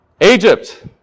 Egypt